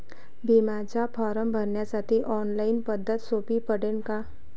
बिम्याचा फारम भरासाठी ऑनलाईन पद्धत सोपी पडन का?